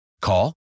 Call